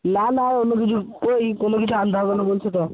না না অন্য কিছুই কোনো কিছু আনতে হবে না বলছি তো